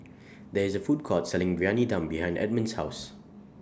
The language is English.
There IS A Food Court Selling Briyani Dum behind Edmond's House